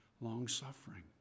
Long-suffering